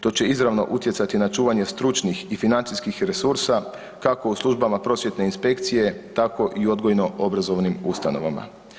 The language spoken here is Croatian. To će izravno utjecati na čuvanje stručnih i financijskih resursa kako u službama Prosvjetne inspekcije, tako i u odgojno-obrazovnim ustanovama.